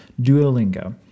Duolingo